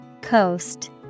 Coast